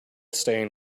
stain